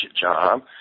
job